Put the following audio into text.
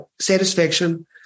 satisfaction